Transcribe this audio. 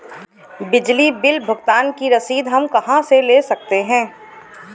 बिजली बिल भुगतान की रसीद हम कहां से ले सकते हैं?